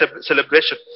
celebration